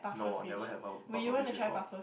no I never had puffer pufferfish before